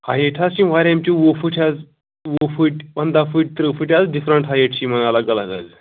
height حظ چھِ واریاہ یِم چھِ وُہ فُٹۍ حظ وُہ فُٹۍ پنٛداہ فُٹۍ تٕرٛہ فُٹۍ حظ ڈِفرَنٛٹ ہایٹ چھِ یِمَن الگ الگ